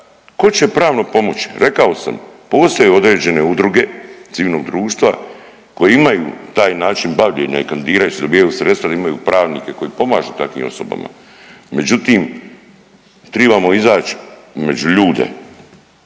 tko će pravno pomoći? Rekao sam, postoje određene udruge civilnog društva koje imaju taj način bavljenja i kandidiraju se, dobijaju sredstva jer imaju pravnike koji pomažu takvim osobama, međutim, tribamo izaći među ljude.